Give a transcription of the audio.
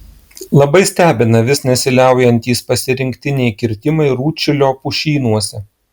labai stebina vis nesiliaujantys pasirinktiniai kirtimai rūdšilio pušynuose